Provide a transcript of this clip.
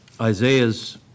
Isaiah's